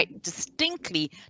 distinctly